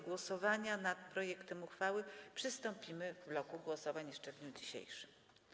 Do głosowania nad projektem uchwały przystąpimy w bloku głosowań jeszcze w dniu dzisiejszym.